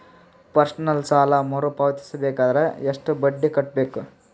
Personal ಸಾಲ ಮರು ಪಾವತಿಸಬೇಕಂದರ ಎಷ್ಟ ಬಡ್ಡಿ ಕಟ್ಟಬೇಕು?